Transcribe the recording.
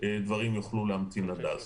דברים יוכלו להמתין עד אז.